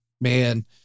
man